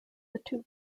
two